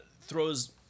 throws